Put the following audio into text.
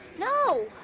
no.